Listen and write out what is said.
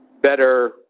better